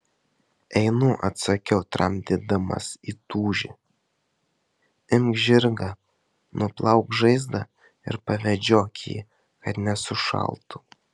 einu atsakiau tramdydamas įtūžį imk žirgą nuplauk žaizdą ir pavedžiok jį kad nesušaltų